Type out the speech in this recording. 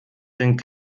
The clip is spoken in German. den